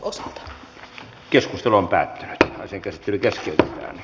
keskustelu päättyi ja asian käsittely keskeytettiin